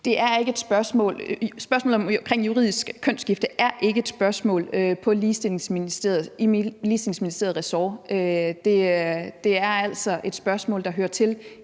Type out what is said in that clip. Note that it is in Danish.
Spørgsmålet om juridisk kønsskifte er ikke et spørgsmål under Digitaliserings- og Ligestillingsministeriets ressort. Det er altså et spørgsmål, der hører til